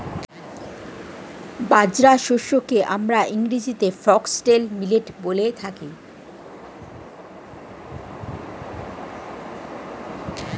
বাজরা শস্যকে আমরা ইংরেজিতে ফক্সটেল মিলেট বলে থাকি